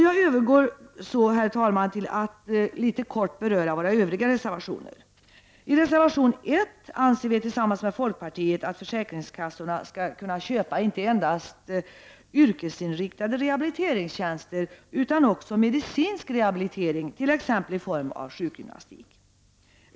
Jag övergår så, herr talman, till att kort beröra våra övriga reservationer. I reservation 1 föreslår vi tillsammans med folkpartiet att försäkringskassorna skall kunna köpa inte endast yrkesinriktade rehabiliteringstjänster utan också medicinsk rehabilitering, t.ex. i form av sjukgymnastik.